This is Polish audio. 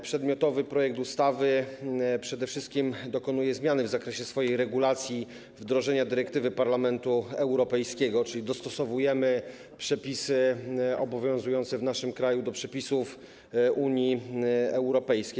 Przedmiotowy projekt ustawy przede wszystkim dokonuje zmiany w zakresie swojej regulacji wdrożenia dyrektywy Parlamentu Europejskiego, czyli dostosowujemy przepisy obowiązujące w naszym kraju do przepisów Unii Europejskiej.